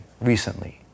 recently